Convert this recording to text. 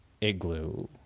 igloo